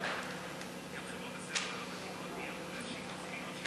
להעביר את הצעת חוק בתי-דין מינהליים (תיקון מס'